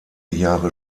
jahre